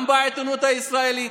גם בעיתונות הישראלית,